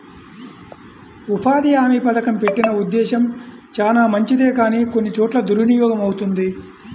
ఉపాధి హామీ పథకం పెట్టిన ఉద్దేశం చానా మంచిదే కానీ కొన్ని చోట్ల దుర్వినియోగమవుతుంది